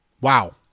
Wow